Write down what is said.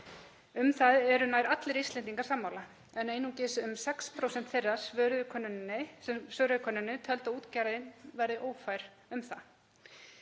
Um það eru nær allir Íslendingar sammála, en einungis um 6% þeirra sem svöruðu könnuninni töldu að útgerðin væri ófær um það.